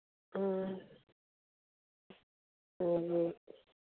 ꯎꯝ ꯎꯝ